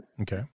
Okay